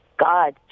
God